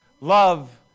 Love